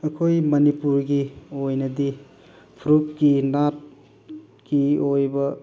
ꯑꯩꯈꯣꯏ ꯃꯅꯤꯄꯨꯔꯒꯤ ꯑꯣꯏꯅꯗꯤ ꯐꯨꯔꯨꯞꯀꯤ ꯅꯥꯠꯀꯤ ꯑꯣꯏꯕ